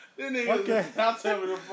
Okay